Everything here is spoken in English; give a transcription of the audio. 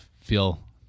feel